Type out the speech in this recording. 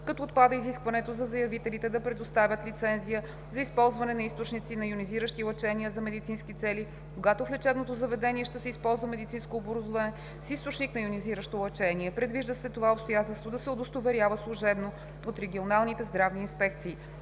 като отпада изискването за заявителите да предоставят лицензия за използване на източници на йонизиращи лъчения за медицински цели, когато в лечебното заведение ще се използва медицинско оборудване с източник на йонизиращо лъчение. Предвижда се това обстоятелство да се удостоверява служебно от регионалните здравни инспекции.